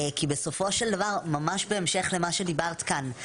כי בסופו של דבר ממש בהמשך למה שדיברת כאן,